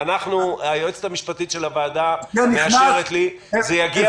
היועצת המשפטית של הוועדה מאשרת לי שזה יגיע